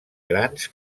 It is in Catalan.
grans